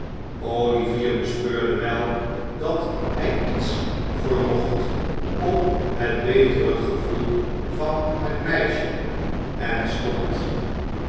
olivier bespeurde wel dat hij iets vermocht op het betere gevoel van het meisje en stond